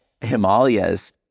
Himalayas